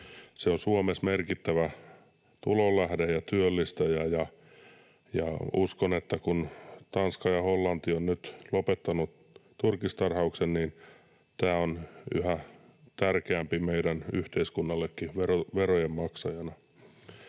Se on Suomessa merkittävä tulonlähde ja työllistäjä, ja uskon, että kun Tanska ja Hollanti ovat nyt lopettaneet turkistarhauksen, niin tämä on yhä tärkeämpi meidän yhteiskunnalle verojenkin maksajana.